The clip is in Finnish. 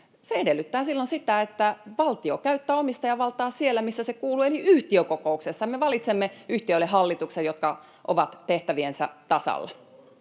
se edellyttää silloin sitä, että valtio käyttää omistajavaltaa siellä, missä kuuluu, eli yhtiökokouksessa. Me valitsemme yhtiölle hallituksen, joka on tehtäviensä tasalla.